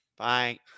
Bye